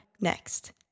next